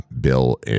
bill